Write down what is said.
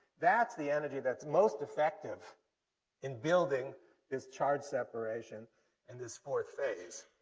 that's the energy that's most effective in building this charge separation and this fourth phase.